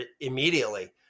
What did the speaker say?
immediately